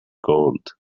gold